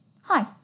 Hi